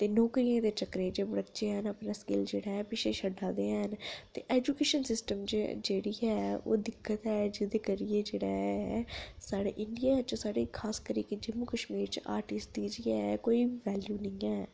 नौकरियें दे चक्करें च बच्चे ऐ न अपना स्किल्ल जेह्ड़ा ऐ पिच्छें छड्डा दे हैन ते ऐजुकेशन सिस्टम च जेह्ड़ी ऐ ओह् दिक्कत ऐ जेह्दे करियै जेह्ड़ा ऐ साढ़े इंडियां च साढ़े खास करी जम्मू कश्मीर च आर्टिस्ट दी जे है कोई बी वैल्यू निं है